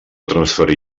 transferir